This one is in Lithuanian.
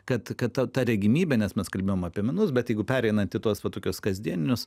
kad kad ta regimybė nes mes kalbėjom apie menus bet jeigu pereinant tuos va tokius kasdienius